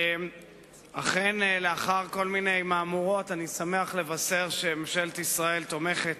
אכן לאחר כל מיני מהמורות אני שמח לבשר שממשלת ישראל תומכת